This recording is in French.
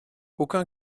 aucun